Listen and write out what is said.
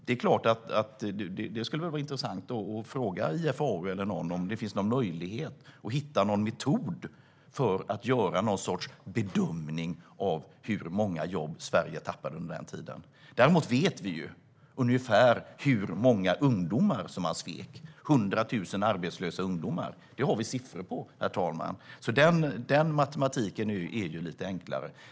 Det är klart att det skulle vara intressant att fråga IFAU eller någon annan om det finns någon möjlighet att hitta en metod för att göra någon sorts bedömning av hur många jobb Sverige tappade under den tiden. Däremot vet vi ju ungefär hur många ungdomar som man svek - 100 000 arbetslösa ungdomar. Det har vi siffror på, herr talman, så den matematiken är lite enklare.